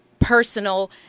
personal